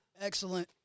Excellent